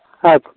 ᱟᱪᱪᱷᱟ